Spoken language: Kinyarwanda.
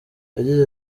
yagize